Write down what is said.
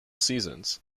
seasons